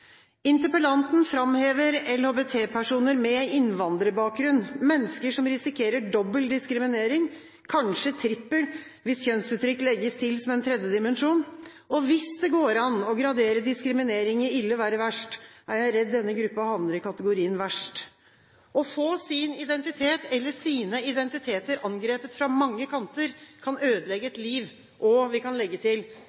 Interpellanten framhever LHBT-personer med innvandrerbakgrunn, mennesker som risikerer dobbel diskriminering – kanskje trippel, hvis kjønnsuttrykk legges til som en tredje dimensjon. Hvis det går an å gradere diskriminering i ille, verre, verst, er jeg redd denne gruppen havner i kategorien verst. Å få sin identitet eller sine identiteter angrepet fra mange kanter kan ødelegge